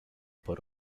por